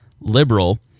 liberal